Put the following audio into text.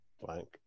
blank